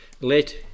let